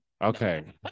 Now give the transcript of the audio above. Okay